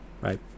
Right